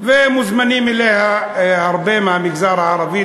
מוזמנים אליה הרבה מהמגזר הערבי,